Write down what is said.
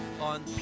on